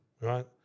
right